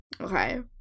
Okay